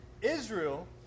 Israel